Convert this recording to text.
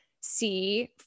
see